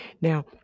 now